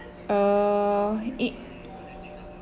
err it